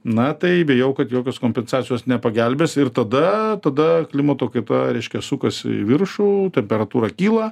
na tai bijau kad jokios kompensacijos nepagelbės ir tada tada klimato kaita reiškia sukasi į viršų temperatūra kyla